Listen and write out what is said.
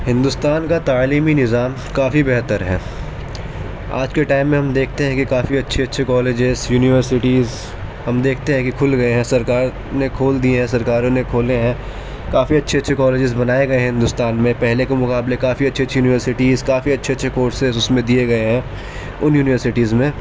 ہندوستان کا تعلیمی نظام کافی بہتر ہے آج کے ٹائم میں ہم دیکھتے ہیں کہ کافی اچھے اچھے کالجز یونیورسٹیز ہم دیکھتے ہیں کہ کھل گئے ہیں سرکار نے کھول دیے ہیں سرکاروں نے کھولے ہیں کافی اچھے اچھے کالجز بنائے گئے ہیں ہندوستان میں پہلے کے مقابلے کافی اچھی اچھی یونیورسٹیز کافی اچھے اچھے کورسز اس میں دیے گئے ہیں ان یونیورسٹیز میں